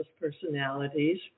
personalities